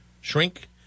shrink